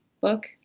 book